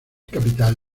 capital